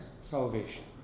salvation